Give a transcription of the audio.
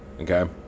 Okay